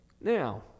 Now